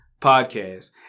podcast